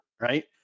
right